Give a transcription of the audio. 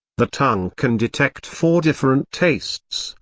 the tongue can detect four different tastes,